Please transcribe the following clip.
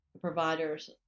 providers